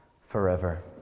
forever